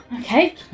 okay